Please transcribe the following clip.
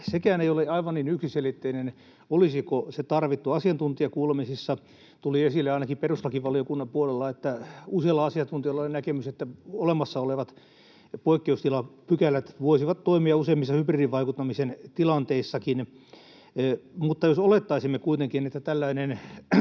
sekään aivan niin yksiselitteinen. Olisiko se tarvittu? Asiantuntijakuulemisissa tuli esille ainakin perustuslakivaliokunnan puolella, että useilla asiantuntijoilla oli näkemys, että olemassa olevat poikkeustilapykälät voisivat toimia useimmissa hybridivaikuttamisen tilanteissakin, mutta jos olettaisimme kuitenkin, että tällainen